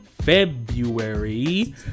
February